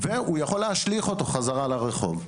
והוא יכול להשליך אותו חזרה לרחוב.